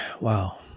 Wow